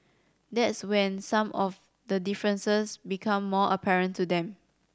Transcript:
that's when some of the differences become more apparent to them